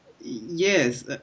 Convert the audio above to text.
Yes